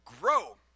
grow